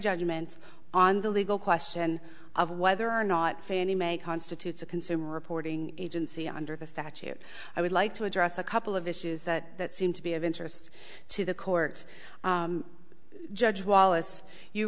judgment on the legal question of whether or not fannie mae constitutes a consumer reporting agency under the statute i would like to address a couple of issues that that seem to be of interest to the court judge wallace you